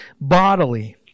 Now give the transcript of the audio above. bodily